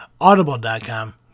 Audible.com